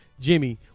Jimmy